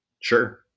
Sure